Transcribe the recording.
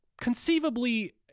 conceivably